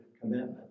commitment